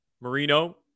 Marino